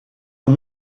aux